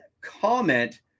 comment